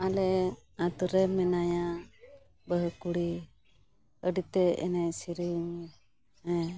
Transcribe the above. ᱟᱞᱮ ᱟᱛᱳᱨᱮ ᱢᱮᱱᱟᱭᱟ ᱵᱟᱹᱦᱩ ᱠᱩᱲᱤ ᱟᱹᱰᱤᱛᱮ ᱮᱱᱮᱡ ᱥᱮᱨᱮᱧ